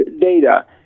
data